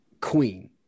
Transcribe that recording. Queen